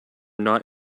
not